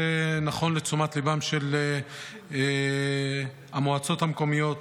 זה לתשומת ליבן של המועצות המקומיות,